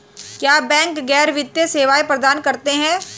क्या बैंक गैर वित्तीय सेवाएं प्रदान करते हैं?